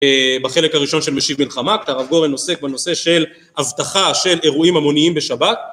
בחלק הראשון של משיב מלחמה, הרב גורן עוסק בנושא של אבטחה של אירועים המוניים בשבת